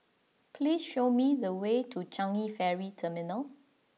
please show me the way to Changi Ferry Terminal